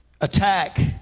attack